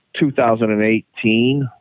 2018